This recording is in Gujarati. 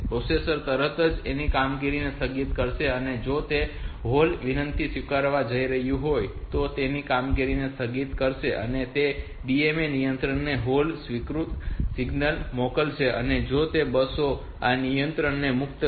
પ્રોસેસર તરત જ તેની કામગીરીને સ્થગિત કરશે અને જો તે તે હોલ્ડ વિનંતીને સ્વીકારવા જઈ રહ્યું હોય તો તે તેની કામગીરીને સ્થગિત કરશે અને તે DMA નિયંત્રકને હોલ્ડ સ્વીકૃતિ સિગ્નલ મોકલશે અને તે આ બસો ના નિયંત્રણને મુક્ત કરશે